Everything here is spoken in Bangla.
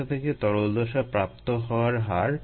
অ্যারোবিক সেলগুলোকে তরল মাধ্যমে কালচার হিসেবে প্রকাশ করা হয়